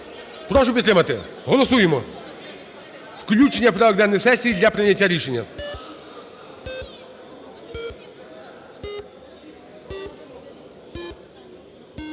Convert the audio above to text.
Прошу підтримати. Голосуємо. Включення в порядок денний сесії для прийняття рішення.